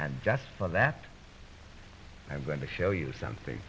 and just for that i'm going to show you something